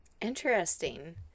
Interesting